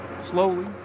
Slowly